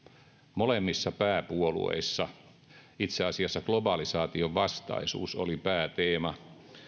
molemmissa pääpuolueissa itse asiassa globalisaation vastaisuus oli pääteema